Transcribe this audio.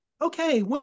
okay